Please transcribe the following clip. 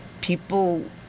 people